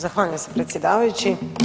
Zahvaljujem se predsjedavajući.